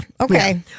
Okay